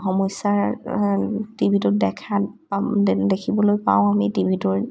সমস্য়াৰ টিভিটোত দেখা পাম দেখিবলৈ পাওঁ আমি টিভিটোৰ